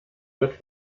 wird